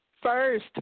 first